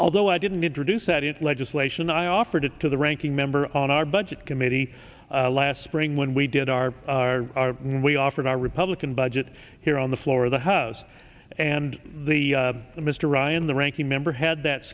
although i didn't introduce that into legislation i offered it to the ranking member on our budget committee last spring when we did our r and we offered a republican budget here on the floor of the house and the mr ryan the ranking member had that